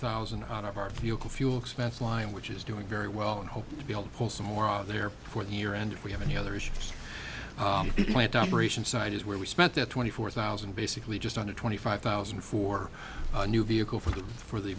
thousand out of our vehicle fuel expense line which is doing very well and hope to be able to pull some more out there before the year end if we have any other issues and side is where we spent that twenty four thousand basically just on a twenty five thousand for new vehicle for the for the